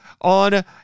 on